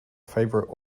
favourite